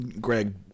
Greg